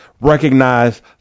recognize